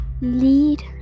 Lead